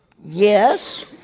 yes